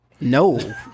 No